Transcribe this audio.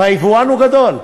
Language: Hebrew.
והיבואן הוא גדול.